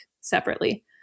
separately